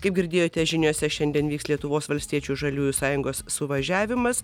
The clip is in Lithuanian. kaip girdėjote žiniose šiandien vyks lietuvos valstiečių žaliųjų sąjungos suvažiavimas